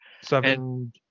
Seven